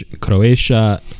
Croatia